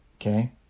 Okay